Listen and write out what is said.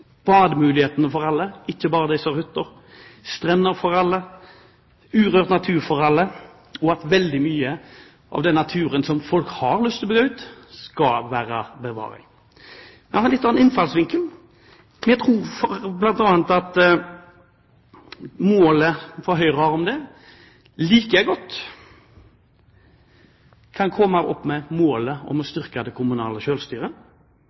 bademulighetene for alle, ikke bare for dem som har hytter, strender for alle, urørt natur for alle, og at veldig mye av den naturen som folk har lyst til å bygge ut, skal bevares. Dette er litt av en innfallsvinkel. Vi tror bl.a. at Høyres mål om dette like godt kan komme opp med målet om å